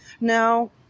Now